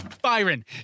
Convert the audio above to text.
Byron